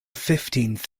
fifteenth